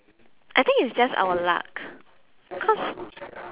I think it's just our luck cause